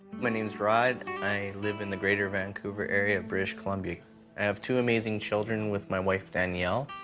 my name's rod. i live in the greater vancouver area of british columbia. i have two amazing children with my wife danielle.